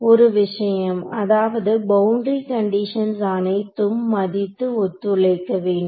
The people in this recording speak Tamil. ஒரு விஷயம் அதாவது பௌண்டரி கண்டிஷன்ஸ் அனைத்தும் மதித்து ஒத்துழைக்க வேண்டும்